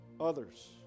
others